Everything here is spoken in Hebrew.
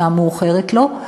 השעה מאוחרת לו,